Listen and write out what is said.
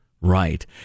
Right